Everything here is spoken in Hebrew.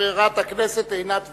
חברת הכנסת עינת וילף.